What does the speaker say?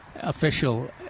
official